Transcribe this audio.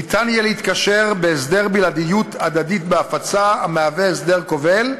ניתן יהיה להתקשר בהסדר בלעדיות הדדית בהפצה המהווה הסדר כובל,